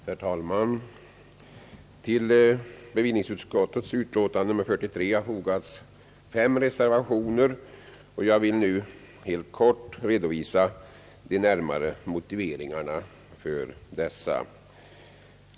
Herr talman! Till bevillningsutskottets betänkande nr 43 har fogats fem reservationer. Jag vill nu helt kort redovisa de närmare motiveringarna för dessa.